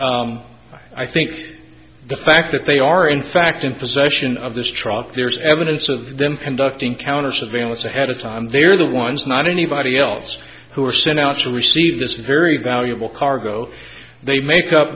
but i think the fact that they are in fact in possession of this trough there is evidence of them conducting counter surveillance ahead of time very the ones not anybody else who were sent out to receive this very valuable cargo they make up